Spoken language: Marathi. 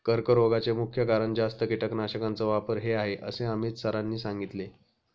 कर्करोगाचे मुख्य कारण जास्त कीटकनाशकांचा वापर हे आहे असे अमित सरांनी सांगितले